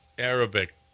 Arabic